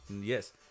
Yes